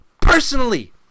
personally